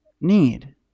need